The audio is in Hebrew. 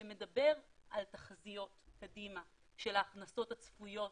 שמדבר על תחזיות קדימה של ההכנסות הצפויות